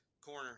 corner